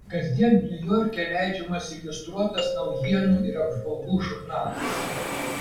kasdien niujorke leidžiamas iliustruotas naujienų ir apžvalgų žurnalas